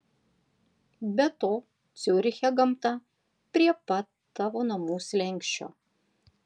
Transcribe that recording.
be to ciuriche gamta prie pat tavo namų slenksčio